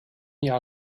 jahr